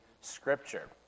Scripture